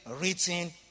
written